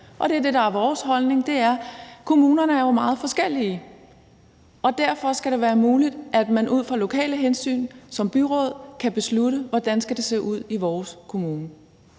Og det, der er vores holdning, er, at kommunerne jo er meget forskellige, og derfor skal det være muligt, at man som byråd ud fra lokale hensyn kan beslutte, hvordan det skal se ud i ens kommune.